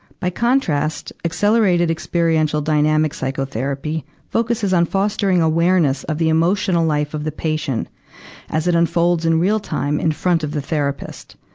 by contrast, accelerated experiential dynamic psychotherapy focuses on fostering awareness of the emotional life of the patient as it unfolds in real time in front of the therapist.